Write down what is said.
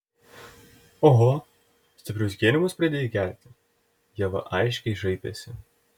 oho stiprius gėrimus pradėjai gerti ieva aiškiai šaipėsi